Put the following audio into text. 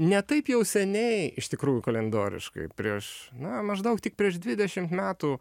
ne taip jau seniai iš tikrųjų kalendoriškai prieš na maždaug tik prieš dvidešimt metų